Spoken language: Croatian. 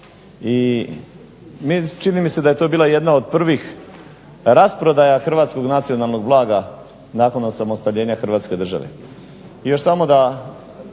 se čini da je to bila jedna od prvih rasprodaja Hrvatskog nacionalnog blaga nakon osamostaljenja Hrvatske države.